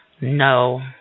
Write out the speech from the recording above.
No